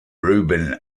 rugby